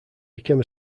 became